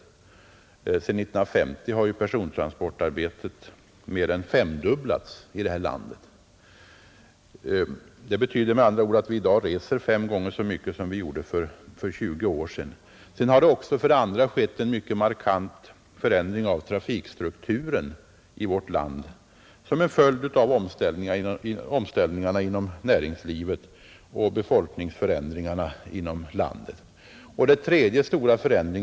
Sedan 1950 har persontransporterna mer än femdubblats. Det betyder alltså att vi i dag reser fem gånger så mycket som för 20 år sedan, För det andra har det som en följd av omställningarna i näringslivet och befolkningsförändringarna ilandet skett en mycket markant förändring av trafikstrukturen.